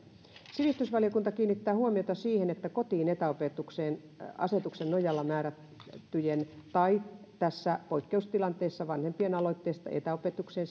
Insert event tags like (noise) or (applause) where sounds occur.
sivistysvaliokunta kiinnittää huomiota siihen että kotiin etäopetukseen asetuksen nojalla määrättyjen tai tässä poikkeustilanteessa vanhempien aloitteesta etäopetukseen (unintelligible)